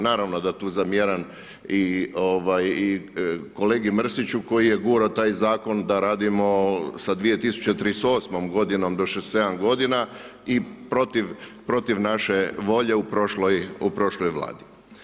Naravno da tu zamjeram i kolegi Mrsiću koji je gurao taj Zakon da radimo sa 2038.-om godinom do 67 godina i protiv naše volje u prošloj Vladi.